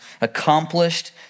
accomplished